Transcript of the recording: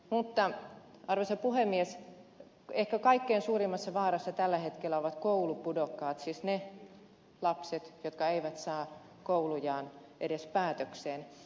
mutta arvoisa puhemies ehkä kaikkein suurimmassa vaarassa tällä hetkellä ovat koulupudokkaat siis ne lapset jotka eivät edes saa koulujaan päätökseen